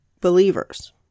believers